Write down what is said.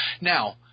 Now